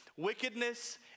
Wickedness